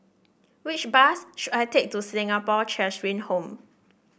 which bus should I take to Singapore Cheshire Home